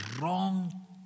wrong